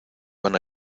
van